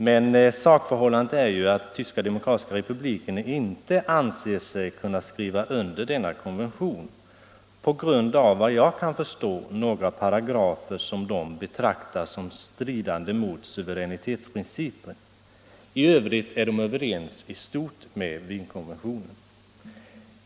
Men sakförhållandet är ju att Tyska demokratiska republiken inte anser sig kunna skriva under denna konvention på grund av — efter vad jag kan förstå — några paragrafer som man betraktar som stridande mot suveränitetsprincipen. I övrigt är man överens i stort med Wienkonventionen.